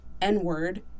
n-word